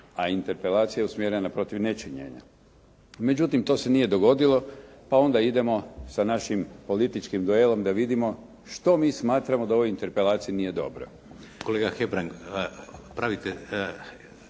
a interpelacija je usmjerena protiv nečinjenja. Međutim, to se nije dogodilo, pa onda idemo sa našim političkim duelom da vidimo što mi smatramo da u ovoj interpelaciji nije dobro. **Šeks, Vladimir